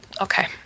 Okay